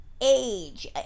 age